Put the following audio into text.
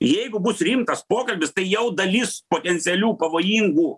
jeigu bus rimtas pokalbis tai jau dalis potencialių pavojingų